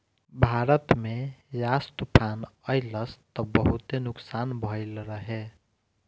भारत में यास तूफ़ान अइलस त बहुते नुकसान भइल रहे